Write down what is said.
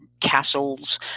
Castles